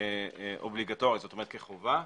באופן אובליגטורי, זאת אומרת, כחובה,